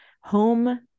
home